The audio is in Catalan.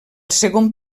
segon